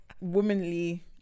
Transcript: womanly